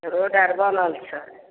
road आर बनल छै